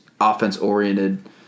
offense-oriented